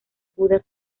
judas